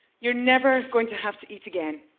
you're never going to have to eat again,